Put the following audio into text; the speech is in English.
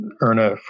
Erna